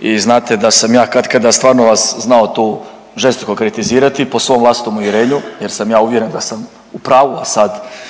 i znate da sam ja katkada stvarno vas znao tu žestoko kritizirati po svom vlastitom uvjerenju jer sam ja uvjeren da sam u pravu, a sad,